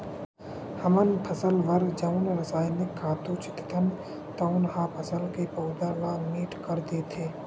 हमन फसल बर जउन रसायनिक खातू छितथन तउन ह फसल के पउधा ल मीठ कर देथे